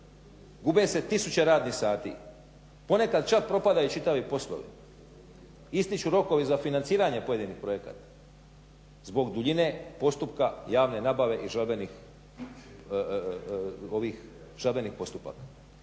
gube se tisuće radnih sati. Ponekad čak propadaju i čitavi poslovi, ističu rokovi za financiranje pojedinih projekata zbog duljine postupka javne nabave i žalbenih postupaka.